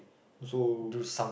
so